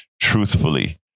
Truthfully